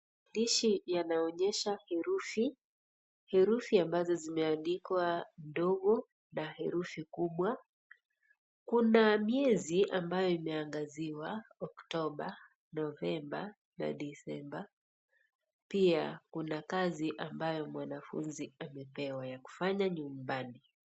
Maandishi yanaonyesha herufi, herufi ambazo zimeandikwa herufi ndogo na herufi kubwa. Kuna miezi ambaye imeangaziwa Oktoba, Novemba, na Disemba. Pia, kuna kazi ambaye mwanafunzi amepewa ya kufanya nyumbani.